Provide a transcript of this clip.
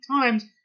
times